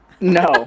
No